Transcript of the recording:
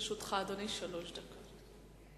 לרשותך, אדוני, שלוש דקות.